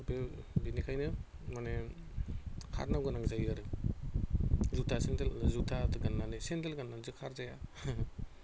दा बेनिखायनो माने खारनो गोनां जायो आरो जुटा सेन्देल जुटा गाननानै सेन्देलजों खारजाया